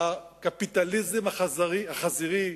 "הקפיטליזם החזירי"